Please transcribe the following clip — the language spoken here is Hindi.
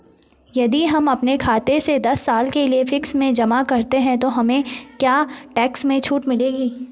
यदि हम अपने खाते से दस साल के लिए फिक्स में जमा करते हैं तो हमें क्या टैक्स में छूट मिलेगी?